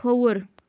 کھووُر